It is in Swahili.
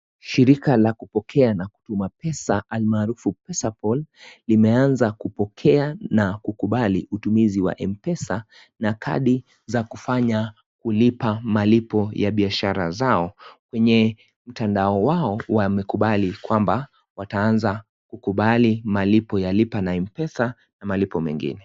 Shirikala kutuma na kupokea pesa almaarufu pesapal limeanza kupokea na kukubali matumizi ya mpesa na kadi zinazotumika kulipa malipo ya biashara zao kwenye mitandao yao wamekubali kwanza kutumia malipo ya kila na mpesa na malipo mengine.